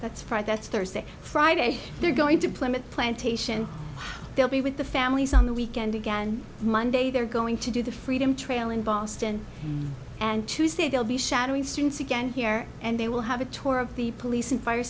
that's right that's thursday friday they're going to plymouth plantation they'll be with the families on the weekend again monday they're going to do the freedom trail in boston and tuesday they'll be shadowing students again here and they will have a tour of the police and fire